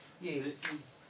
Yes